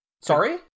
Sorry